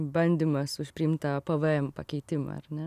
bandymas už priimtą pmv pakeitimą ar ne